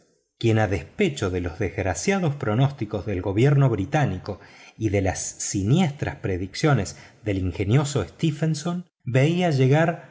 quien a despecho de los desgraciados pronósticos del gobierno británico y de las siniestras predicciones del ingenioso stephenson veía llegar